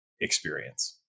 experience